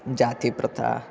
जातिप्रथा